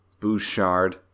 Bouchard